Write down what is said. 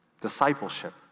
Discipleship